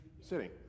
sitting